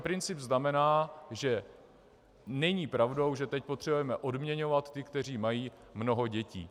Princip znamená, že není pravdou, že potřebujeme odměňovat ty, kteří mají mnoho dětí.